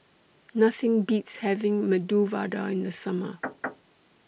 Nothing Beats having Medu Vada in The Summer